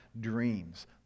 dreams